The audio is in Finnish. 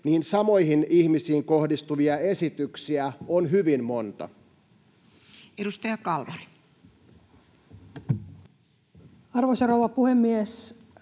samoihin ihmisiin kohdistuvia esityksiä on hyvin monta. Edustaja Kalmari. Arvoisa rouva puhemies!